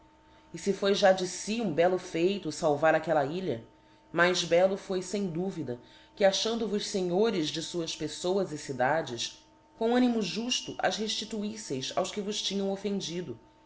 e fe foi já de fi um bello feito o falvar aquella ilha mais bello foi fem duvida que achando vos fenhores de fuás peffoas e cidades com animo jufto as reftituiffeis aos que vos tinham offendido